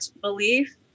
belief